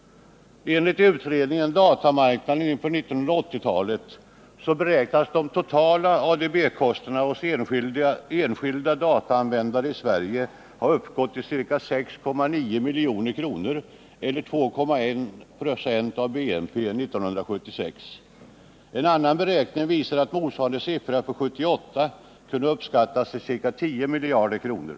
Enligt utredningen Datamarknaden inför 1980-talet beräknas de totala ADB-kostnaderna hos enskilda dataanvändare i Sverige ha uppgått till ca 6,9 miljarder kronor eller ca 2,1 26 av bruttonationalprodukten 1976. En annan beräkning visar att motsvarande siffra för 1978 kan uppskattas till ca 10 miljarder kronor.